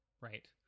right